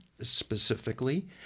specifically